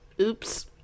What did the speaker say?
Oops